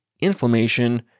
inflammation